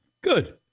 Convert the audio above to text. good